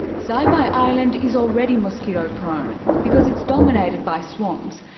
saibai island is already mosquito-prone because it's dominated by swamps,